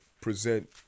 present